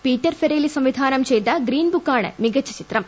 Peter Farrelly സംവിധാനം ചെയ്ത Green Book ആണ് മികച്ചു ചിത്രം